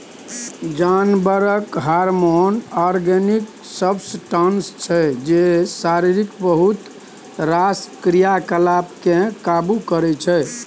जानबरक hormone organic substance छै जे शरीरक बहुत रास क्रियाकलाप केँ काबु करय छै